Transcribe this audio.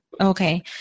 Okay